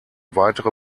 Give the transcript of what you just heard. weitere